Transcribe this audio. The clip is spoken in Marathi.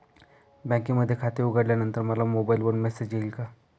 बँकेमध्ये खाते उघडल्यानंतर मला मोबाईलवर मेसेज येईल का?